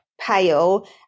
pale